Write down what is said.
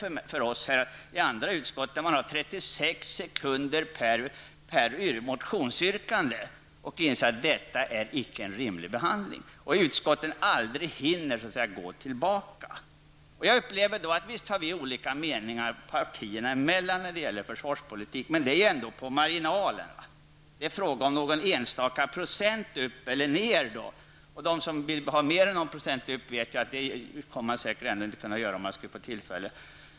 Ledamöterna i ett annat utskott berättar att man har 36 sekunder per motionsyrkande, och man inser att detta icke är en rimlig behandling. Utskotten hinner därför aldrig gå tillbaka för att studera tidigare beslut. Visst har vi olika meningar partierna emellan när det gäller försvarspolitik, men det ligger ändå på marginalen. Det är fråga om någon enstaka procent upp eller ned. De som vill höja anslagen med mer än någon procent, vet att de säkert ändå inte kommer att kunna göra det om de skulle få tillfälle.